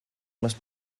más